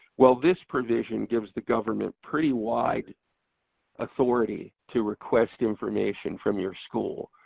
well this provision gives the government pretty wide authority to request information from your school.